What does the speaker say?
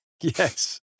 Yes